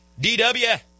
DW